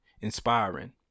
inspiring